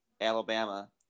alabama